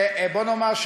שבואו נאמר,